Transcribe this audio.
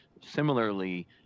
similarly